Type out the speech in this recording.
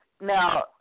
Now